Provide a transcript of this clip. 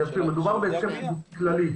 מדובר בהסכם כללי.